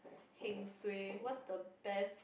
heng suay what's the best